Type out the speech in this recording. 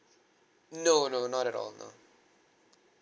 no no not at all no